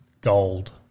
gold